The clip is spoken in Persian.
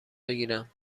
بگیرم